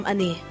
Ani